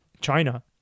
China